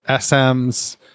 SM's